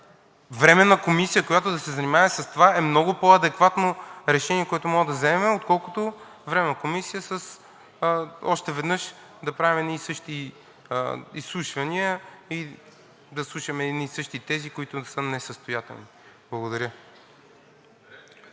Временна комисия, която да се занимае с това, е много по-адекватно решение, което може да вземем, отколкото Временна комисия, още веднъж да правим едни и същи изслушвания и да слушаме едни и същи тези, които са несъстоятелни. Благодаря.